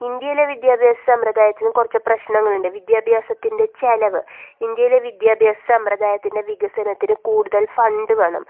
ഇന്ത്യയിലെ വിദ്യാഭ്യാസ സമ്പ്രദായത്തിന് കുറച്ചു പ്രശ്നങ്ങളുണ്ട് വിദ്യാഭ്യാസത്തിൻ്റെ ചിലവ് ഇന്ത്യേയിലെ വിദ്യാഭ്യാസ സമ്പ്രദായത്തിൻ്റെ വികസനത്തിന് കൂടുതൽ ഫണ്ട് വേണം